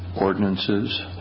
ordinances